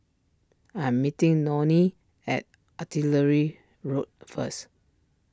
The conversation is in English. I am meeting Nonie at Artillery Road first